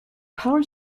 power